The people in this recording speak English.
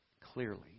clearly